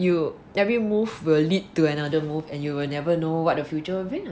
you every move will lead to another move and you will never know what the future